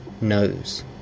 knows